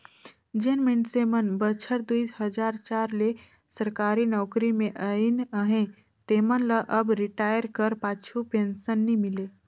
जेन मइनसे मन बछर दुई हजार चार ले सरकारी नउकरी में अइन अहें तेमन ल अब रिटायर कर पाछू पेंसन नी मिले